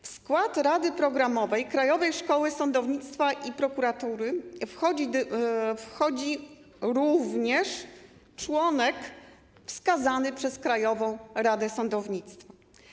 W skład Rady Programowej Krajowej Szkoły Sądownictwa i Prokuratury wchodzi również członek wskazany przez Krajową Radę Sądownictwa.